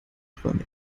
träume